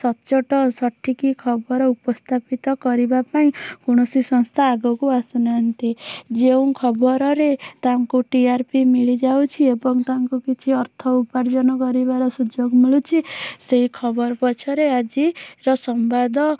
ସଚଟ ସଠିକ୍ ଖବର ଉପସ୍ଥାପିତ କରିବା ପାଇଁ କୌଣସି ସଂସ୍ଥା ଆଗକୁ ଆସୁନାହାଁନ୍ତି ଯେଉଁ ଖବରରେ ତାଙ୍କୁ ଟି ଆର ପି ମିଳିଯାଉଛି ଏବଂ ତାଙ୍କୁ କିଛି ଅର୍ଥ ଉପାର୍ଜନ କରିବାର ସୁଯୋଗ ମିଳୁଛି ସେଇ ଖବର ପଛରେ ଆଜିର ସମ୍ବାଦ